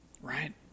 right